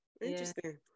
Interesting